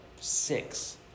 six